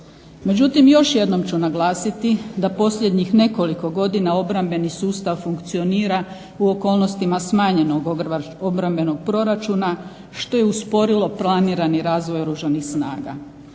Međutim, još jednom ću naglasiti da posljednjih nekoliko godina obrambeni sustav funkcionira u okolnostima smanjenog obrambenog proračuna što je usporilo planirani razvoj Oružanih snaga.